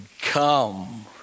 come